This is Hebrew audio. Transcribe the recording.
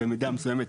במידה מסוימת,